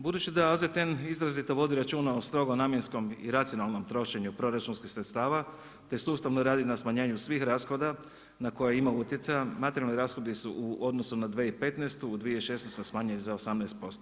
Budući da AZTN vodi izrazito računa o strogo namjenskom i racionalnom trošenju proračunskih sredstava te sustavno radi na smanjenju svih rashoda na koja ima utjecaja, materijalni rashodi su u odnosu na 2015. u 2016. smanjili za 18%